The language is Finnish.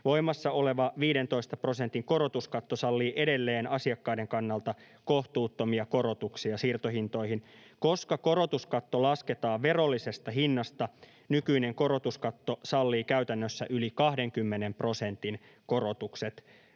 Voimassa oleva 15 prosentin korotuskatto sallii edelleen asiakkaiden kannalta kohtuuttomia korotuksia siirtohintoihin. Koska korotuskatto lasketaan verollisesta hinnasta, nykyinen korotuskatto sallii käytännössä yli 20 prosentin korotukset